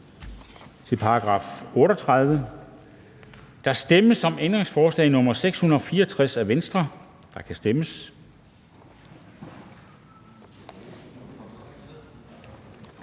og afgifter. Der stemmes om ændringsforslag nr. 664 af V, og der kan stemmes.